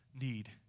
need